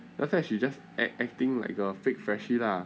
just like she just act acting like a fake freshie lah